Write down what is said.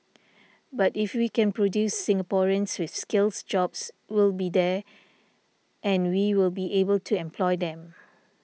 but if we can produce Singaporeans with skills jobs will be there and we will be able to employ them